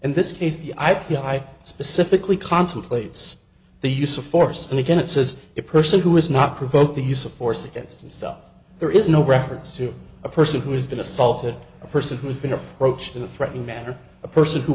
in this case the i p i specifically contemplates the use of force and again it says a person who is not provoked the use of force against himself there is no reference to a person who has been assaulted a person who has been approached in a threatening manner a person who